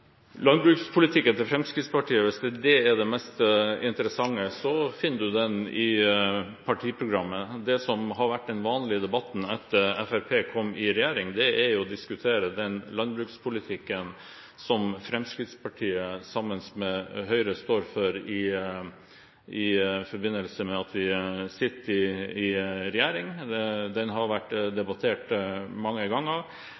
landbrukspolitikken til Framstegspartiet? Landbrukspolitikken til Fremskrittspartiet – viss den er det mest interessante – finner man i partiprogrammet. Det som har vært vanlig i debatten etter at Fremskrittspartiet kom i regjering, er å diskutere den landbrukspolitikken som Fremskrittspartiet sammen med Høyre står for i forbindelse med at vi sitter i regjering. Den har vært debattert mange ganger, og om jeg fikk noen spørsmål, kunne jeg ønske at de